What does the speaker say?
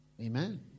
Amen